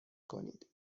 کنید